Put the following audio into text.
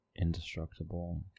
indestructible